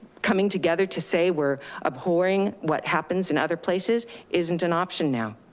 coming together to say, we're abhorring what happens in other places isn't an option now.